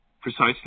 precisely